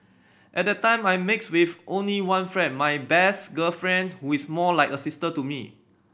at the time I mixed with only one friend my best girlfriend who is more like a sister to me